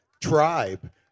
tribe